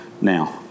Now